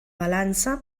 balança